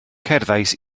cerddais